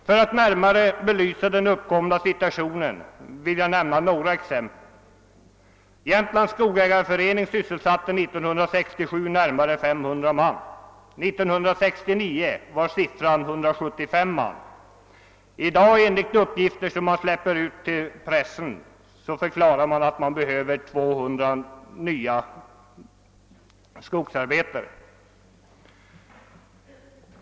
För att närmare belysa den uppkomna situationen vill jag nämna några exempel. Jämtlands skogsägareförening sysselsatte 1967 närmare 500 man. År 1969 var siffran nere i 175 man. I dag förklarar man i uppgifter, som man släppt ut till pressen, att man behöver 200 nya skogsarbetare.